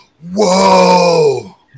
whoa